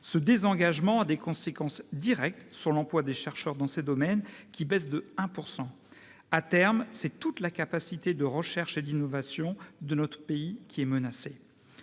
Ce désengagement a des conséquences directes sur l'emploi des chercheurs dans ces domaines, en baisse de 1 %. À terme, c'est toute la capacité de recherche et d'innovation de notre pays qui est menacée.